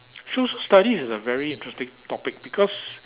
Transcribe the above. social studies is a very interesting topic because